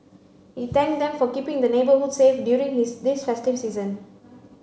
he thanked them for keeping the neighbourhood safe during his this festive season